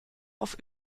auf